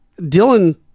Dylan